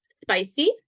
spicy